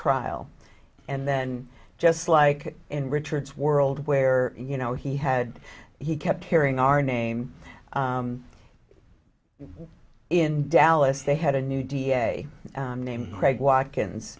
trial and then just like in richard's world where you know he had he kept hearing our name in dallas they had a new d a name craig watkins